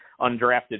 undrafted